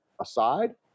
aside